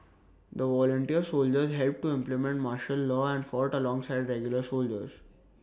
the volunteer soldiers helped to implement martial law and fought alongside regular soldiers